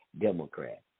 Democrat